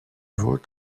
vos